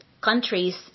countries